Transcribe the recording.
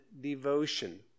devotion